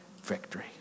victory